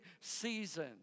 season